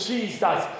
Jesus